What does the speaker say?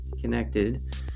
connected